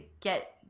get